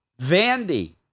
Vandy